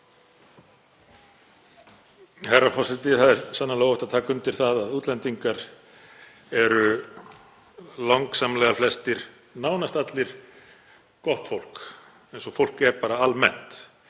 Herra forseti. Það er sannarlega óhætt að taka undir það að útlendingar eru langsamlega flestir, nánast allir, gott fólk eins og fólk er almennt.